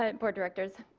ah board directors.